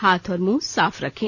हाथ और मुंह साफ रखें